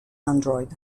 android